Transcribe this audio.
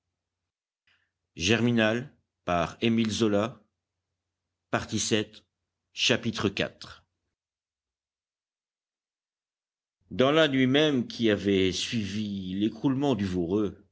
iv dans la nuit même qui avait suivi l'écroulement du voreux